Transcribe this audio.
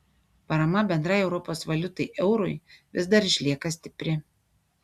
parama bendrai europos valiutai eurui vis dar išlieka stipri